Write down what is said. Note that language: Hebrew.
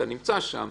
הוא נמצא שם,